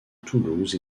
toulouse